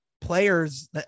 players